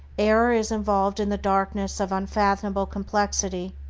error is involved in the darkness of unfathomable complexity,